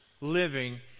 living